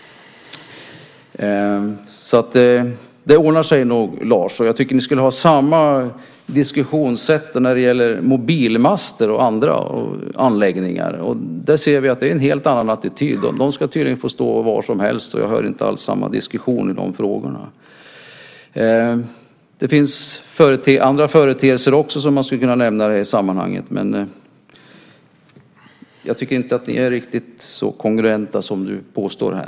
Så det ordnar sig nog, Lars! Jag tycker ni skulle ha samma diskussionssätt när det gäller mobilmaster och andra anläggningar. Där ser vi att attityden är helt annorlunda. De ska tydligen få stå var som helst. Jag hör inte alls samma diskussion i de frågorna. Det finns andra företeelser också som man skulle kunna nämna i det här sammanhanget. Jag tycker inte att ni är riktigt så kongruenta som du påstår här.